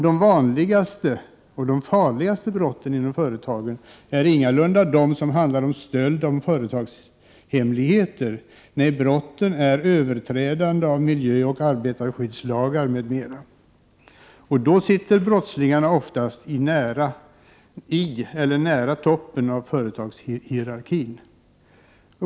De vanligaste och de farligaste brotten inom företagen är ingalunda de som handlar om stöld av företagshemligheter, utan det är överträdanden av miljöoch arbetarskyddslagar m.m. Och då sitter brottslingarna oftast i eller nära toppen av företagshierarkin.